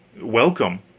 welcome